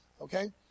okay